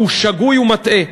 הוא שגוי ומטעה.